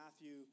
Matthew